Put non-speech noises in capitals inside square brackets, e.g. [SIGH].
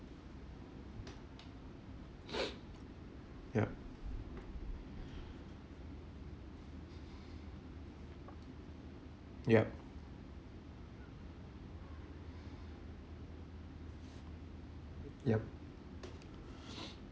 [NOISE] yup yup yup